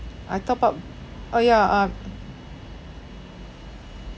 I top up orh ya um